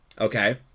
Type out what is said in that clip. okay